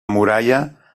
muralla